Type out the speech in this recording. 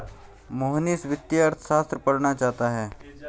मोहनीश वित्तीय अर्थशास्त्र पढ़ना चाहता है